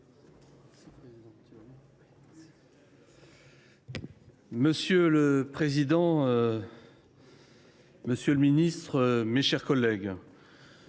Monsieur le président, monsieur le ministre, mes chers collègues,